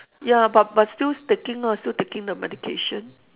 ya but but still taking lah still taking the medication